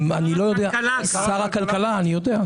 שר הכלכלה, אני יודע.